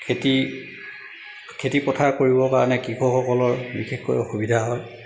খেতি খেতি পথাৰ কৰিবৰ কাৰণে কৃষকসকলৰ বিশেষকৈ অসুবিধা হয়